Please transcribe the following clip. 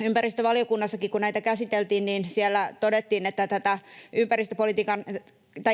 Ympäristövaliokunnassakin, kun näitä käsiteltiin, todettiin, että tätä